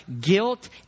guilt